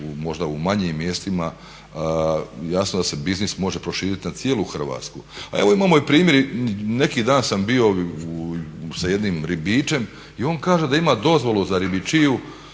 možda manjim mjestima, jasno da se biznis može proširiti na cijelu Hrvatsku. A evo imamo i primjer, neki dan sam bio sa jednim ribičem i on kaže da ima dozvolu za ribičiju